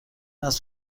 است